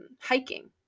hiking